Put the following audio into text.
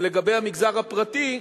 לגבי המגזר הפרטי,